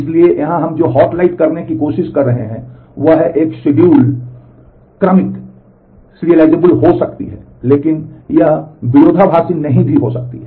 इसलिए यहां हम जो हाइलाइट करने की कोशिश कर रहे हैं वह है एक शिड्यूल नहीं भी हो सकती है